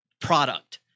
product –